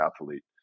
athlete